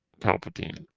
Palpatine